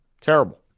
Terrible